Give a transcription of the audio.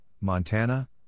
Montana